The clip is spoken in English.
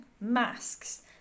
masks